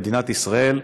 במדינת ישראל,